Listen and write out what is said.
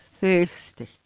thirsty